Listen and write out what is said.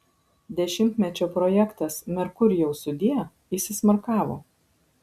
dešimtmečio projektas merkurijau sudie įsismarkavo